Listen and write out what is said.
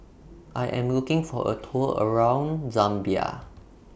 I Am looking For A Tour around Zambia